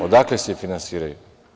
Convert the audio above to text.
Odakle se finansiraju?